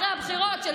אחרי הבחירות,